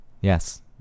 Yes